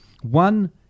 one